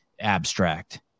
abstract